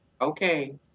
Okay